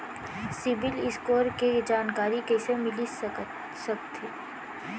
CIBIL score के जानकारी कइसे मिलिस सकथे?